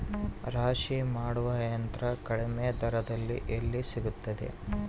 ರಾಶಿ ಮಾಡುವ ಯಂತ್ರ ಕಡಿಮೆ ದರದಲ್ಲಿ ಎಲ್ಲಿ ಸಿಗುತ್ತದೆ?